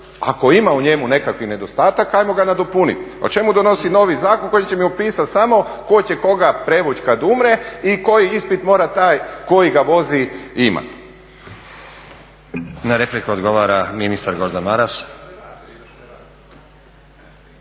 Ako ima u njemu nekakvih nedostataka ajmo ga nadopunit, a čemu donosit novi zakon koji će mi opisat samo tko će koga prevuć' kad umre i koji ispit mora taj koji ga vozi imati. **Stazić, Nenad (SDP)** Na repliku odgovara ministar Gordan Maras.